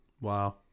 Wow